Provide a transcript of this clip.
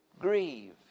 grieve